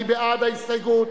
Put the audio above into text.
מי בעד ההסתייגות?